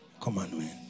Commandment